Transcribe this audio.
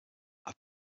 have